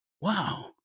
Wow